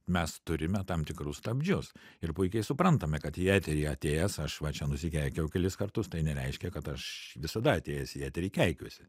mes turime tam tikrus stabdžius ir puikiai suprantame kad į eterį atėjęs aš va čia nusikeikiau kelis kartus tai nereiškia kad aš visada atėjęs į eterį keikiuosi